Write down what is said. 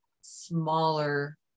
smaller